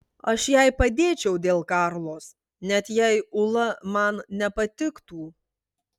aš jai padėčiau dėl karlos net jei ula man nepatiktų